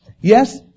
Yes